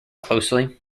closely